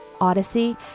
Odyssey